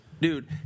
dude